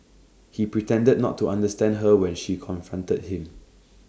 he pretended not to understand her when she confronted him